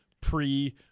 pre-